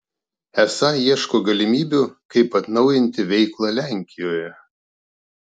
esą ieško galimybių kaip atnaujinti veiklą lenkijoje